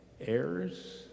heirs